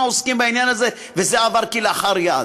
עוסקים בעניין הזה וזה עבר כלאחר יד.